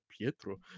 pietro